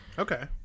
Okay